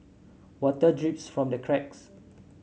water drips from the cracks